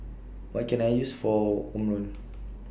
What Can I use For Omron